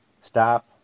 stop